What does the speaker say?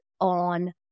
on